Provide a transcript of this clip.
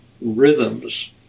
rhythms